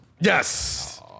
Yes